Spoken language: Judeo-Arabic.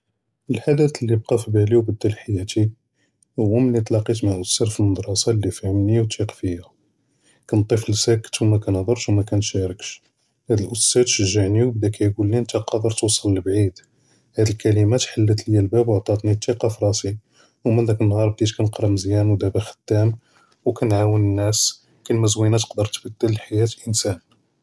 האדת אללי בכה פי באלי ו بدل חיאתי הו מלי תלאקית מע אוסטאד פי אלמדרסה אללי פהמני ו תייק פי'ה, קונט טף סאקט ו מקנהדרש ו מקאנשרקש האד אוסטאד שג'עני ו בדה קיקולי אנט קאדר תווסל לבעיד האד אלכلمات חלט ליא אלבב ו עטתני אלתיקה פי ראסי ו מן דאק אלנהאר בדית קנקרא מזיין ו דאבא חדם ו קנעון אלנאס קלמה זוינה תכדר תבדל חיאת אינסן.